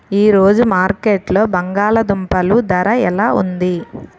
ఈ రోజు మార్కెట్లో బంగాళ దుంపలు ధర ఎలా ఉంది?